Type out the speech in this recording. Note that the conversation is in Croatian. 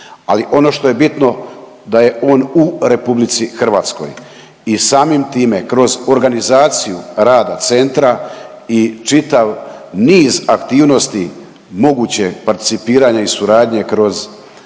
ali ono što je bitno da je on u RH. I samim time kroz organizaciju rada centra i čitav niz aktivnosti moguće participiranje i suradnje kroz okrugle